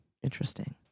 interesting